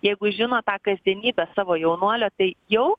jeigu žino tą kasdienybę savo jaunuolio tai jau